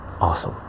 awesome